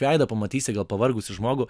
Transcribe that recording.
veido pamatysi gal pavargusį žmogų